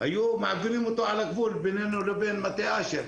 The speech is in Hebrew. היו מעבירים אותו על הגבול בינינו לבין מטה אשר.